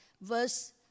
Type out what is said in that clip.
verse